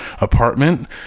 apartment